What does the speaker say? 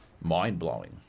mind-blowing